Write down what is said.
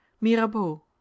mirabeau